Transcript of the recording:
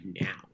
now